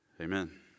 Amen